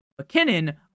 McKinnon